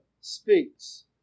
speaks